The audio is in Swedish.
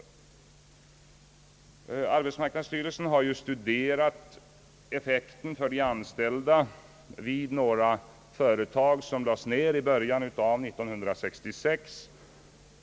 Arbetsmarknadsstyrelsen har studerat effekten för de anställda vid några företag som lades ned i början av år 1966.